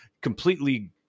completely